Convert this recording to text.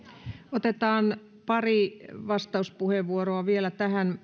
otetaan pari vastauspuheenvuoroa vielä tähän